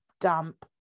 dump